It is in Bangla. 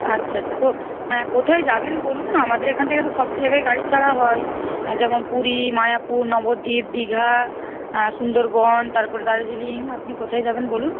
আচ্ছা আচ্ছা কো কোথায় যাবেন বলুন আমাদের এখান থেকে তো সব জায়গায় গাড়ি ছাড়া হয় যেমন পুরী মায়াপুর নবদ্বীপ দীঘা সুন্দরবন তারপর দার্জিলিং আপনি কোথায় যাবেন বলুন